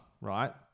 right